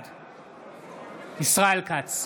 בעד ישראל כץ,